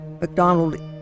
MacDonald